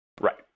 Right